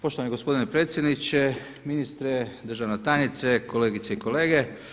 Poštovani gospodine predsjedniče, ministre, državna tajnice, kolegice i kolege.